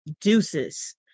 deuces